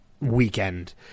weekend